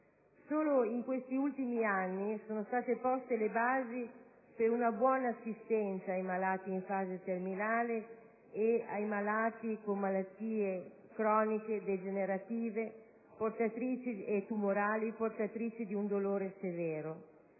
Solo in questi ultimi anni sono state poste le basi per una buona assistenza ai malati in fase terminale e a quelli con malattie croniche degenerative e tumorali portatrici di un dolore severo,